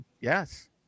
yes